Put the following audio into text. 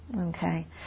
Okay